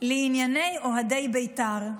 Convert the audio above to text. לענייני אוהדי בית"ר.